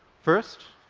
first,